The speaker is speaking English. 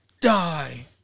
Die